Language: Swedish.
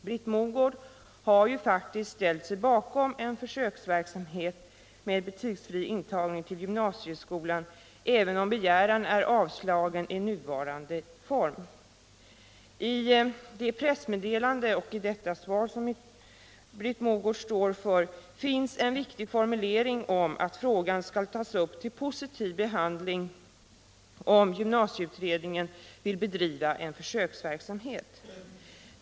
Britt Mogård har ju faktiskt ställt sig bakom en försöksverksamhet med betygsfri intagning till gymnasieskolan, även om begäran är avslagen i nuvarande form. I det pressmeddelande och i det svar som Britt Mogård står för finns en viktig formulering om att frågan skall tas upp till positiv behandling, om gymnasieutredningen vill bedriva en försöksverksamhet.